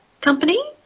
company